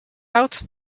out